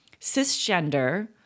cisgender